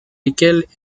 lesquelles